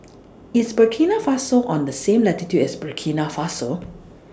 IS Burkina Faso on The same latitude as Burkina Faso